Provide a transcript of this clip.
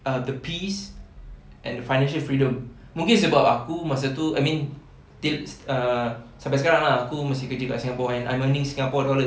ah the peace and financial freedom mungkin sebab masa tu I mean still uh sampai sekarang lah aku masih kerja kat singapore kan and I'm earning singapore dollars